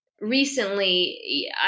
recently